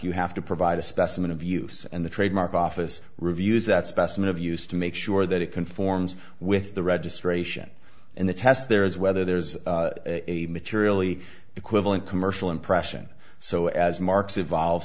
you have to provide a specimen of use and the trademark office reviews that specimen of used to make sure that it conforms with the registration and the test there is whether there's a materially equivalent commercial impression so as marks evolve